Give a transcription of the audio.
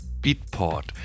beatport